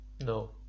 No